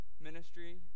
ministry